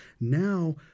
now